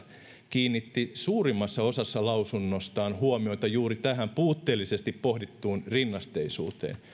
kiinnitti suurimmassa osassa lausuntoaan huomiota juuri tähän puutteellisesti pohdittuun rinnasteisuuteen